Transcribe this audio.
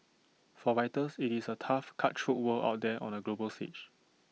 for writers IT is A tough cutthroat world out there on the global stage